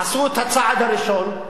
עשו את הצעד הראשון,